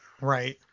Right